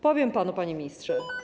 Powiem panu, panie ministrze.